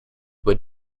were